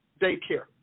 daycare